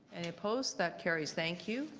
any opposed? that carries. thank you.